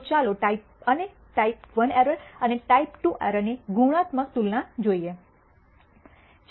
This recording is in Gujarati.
તો ચાલો ટાઈપ અને ટાઈપ I એરર અને ટાઈપ II એરર ની ગુણાત્મક તુલના જોઈએ